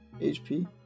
HP